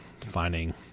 finding